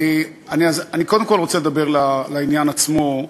אני קודם כול רוצה לדבר על העניין עצמו,